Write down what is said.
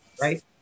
right